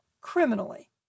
criminally